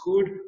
good